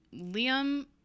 Liam